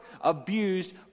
abused